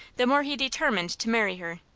the more he determined to marry her,